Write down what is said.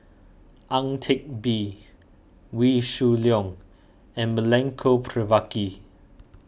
Ang Teck Bee Wee Shoo Leong and Milenko Prvacki